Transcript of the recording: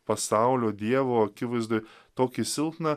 pasaulio dievo akivaizdoj tokį silpną